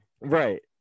Right